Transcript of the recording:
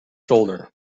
shoulder